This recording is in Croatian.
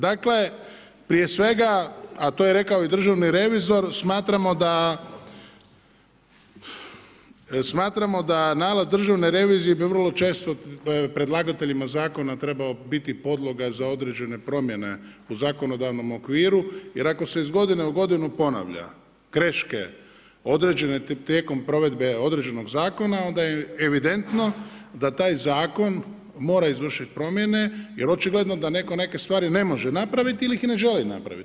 Dakle, prije svega, a to je rekao i državni revizor, smatramo da nalaz Državne revizije, bi vrlo često predlagateljima zakona trebao biti podloga za određene promijene u zakonodavnom okviru, jer ako se iz godine u godinu ponavlja, greške, određene tijekom provedbe određenog zakona, onda je evidentno, da taj zakon, mora izvršiti promjene, jer očigledno da netko neke stvari ne može napraviti ili ih ne želi napraviti.